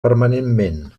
permanentment